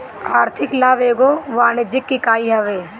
आर्थिक लाभ एगो वाणिज्यिक इकाई हवे